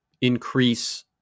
increase